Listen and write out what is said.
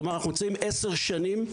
כלומר אנחנו נמצאים עשר שנים,